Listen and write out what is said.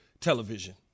television